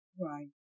Right